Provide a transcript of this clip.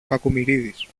κακομοιρίδης